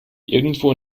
irgendwo